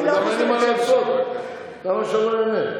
אבל גם אין לי מה לעשות, למה שאני לא איהנה?